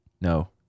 No